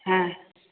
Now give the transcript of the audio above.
हँ